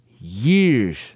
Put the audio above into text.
years